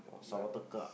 sama tekak